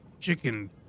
Chicken